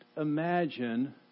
imagine